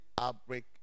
outbreak